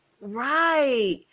Right